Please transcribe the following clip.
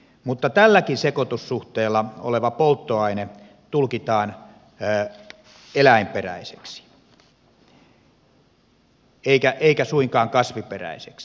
mutta tälläkin sekoitussuhteella oleva polttoaine tulkitaan eläinperäiseksi eikä suinkaan kasviperäiseksi